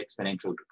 exponential